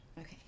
Okay